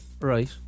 Right